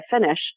finish